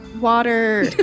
water